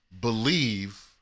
believe